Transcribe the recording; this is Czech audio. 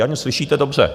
Ano, slyšíte dobře.